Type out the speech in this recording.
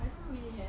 I don't really have